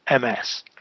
MS